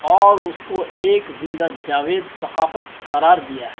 اور اس کو ایک زندہ جاوید ثقافت قرار دیا ہے